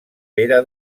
pere